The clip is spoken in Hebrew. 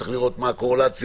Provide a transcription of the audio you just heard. צריך לראות מה הקורלציה,